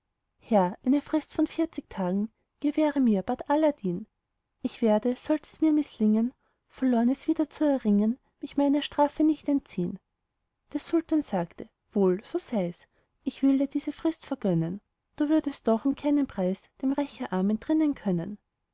herr eine frist von vierzig tagen gewähre mir bat aladdin ich werde sollt es mir mißlingen verlornes wiederzuerringen mich meiner strafe nicht entziehn der sultan sagte wohl so sei's ich will dir diese frist vergönnen du würdest doch um keinen preis dem rächerarm entrinnen können